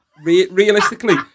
realistically